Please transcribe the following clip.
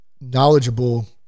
knowledgeable